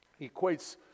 equates